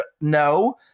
No